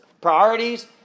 priorities